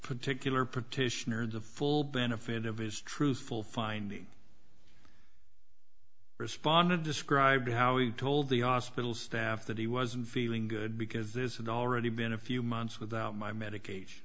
particular petitioner the full benefit of his truthful finding respondent described how he told the ospital staff that he wasn't feeling good because this has already been a few months without my medication